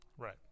right